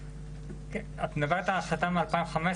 את מדברת על החלטה מ-2015,